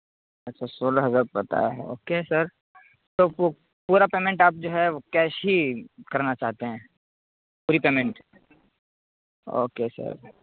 اچھا سولہ ہزارپڑتا ہے اوکے سر تو پورا پیمنٹ آپ جو ہے کیش ہی کرنا چاہتے ہیں پوری پیمنٹ اوکے سر